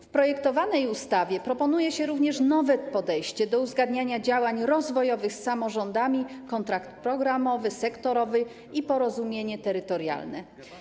W projektowanej ustawie proponuje się również nowe podejście do uzgadniania działań rozwojowych z samorządami - kontrakt programowy, sektorowy i porozumienie terytorialne.